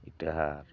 Itahar